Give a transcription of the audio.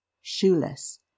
shoeless